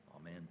Amen